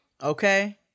Okay